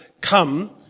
come